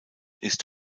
ist